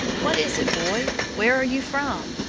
what is it, boy? where are you from?